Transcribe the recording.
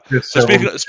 speaking